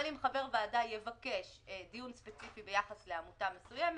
אבל אם חבר הוועדה יבקש דיון ספציפי ביחס לעמותה מסוימת,